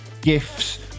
gifts